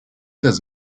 does